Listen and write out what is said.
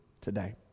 today